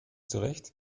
zurecht